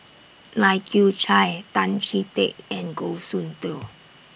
Lai Kew Chai Tan Chee Teck and Goh Soon Tioe